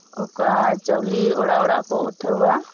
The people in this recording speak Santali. ᱪᱟᱣᱞᱮ ᱚᱲᱟᱜ ᱚᱲᱟᱜ ᱠᱚ ᱩᱴᱷᱟᱹᱣᱟ